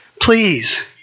Please